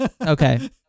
Okay